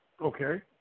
Okay